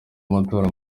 matora